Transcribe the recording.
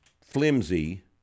flimsy